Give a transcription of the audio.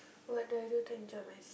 what do I do to enjoy my